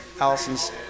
Allison's